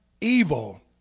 evil